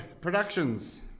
Productions